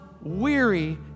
weary